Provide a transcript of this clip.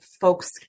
folks